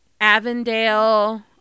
Avondale